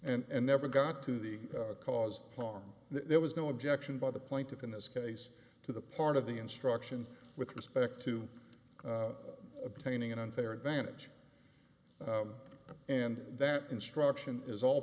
g and never got to the cause harm there was no objection by the plaintiff in this case to the part of the instruction with respect to obtaining an unfair advantage and that instruction is all